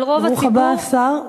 אבל רוב הציבור,